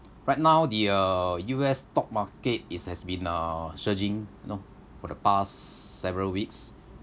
right now the uh U_S stock market is has been uh surging you know for the past several weeks